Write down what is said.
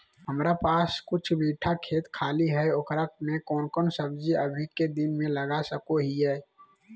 हमारा पास कुछ बिठा खेत खाली है ओकरा में कौन कौन सब्जी अभी के दिन में लगा सको हियय?